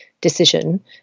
decision